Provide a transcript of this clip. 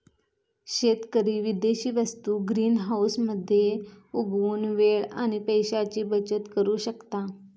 शेतकरी विदेशी वस्तु ग्रीनहाऊस मध्ये उगवुन वेळ आणि पैशाची बचत करु शकता